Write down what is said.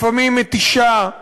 לפעמים מתישה,